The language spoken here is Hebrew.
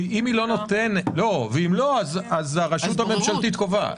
אם לא אז הרשות הממשלתית קובעת,